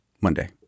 Monday